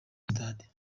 stade